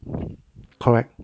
correct